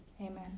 Amen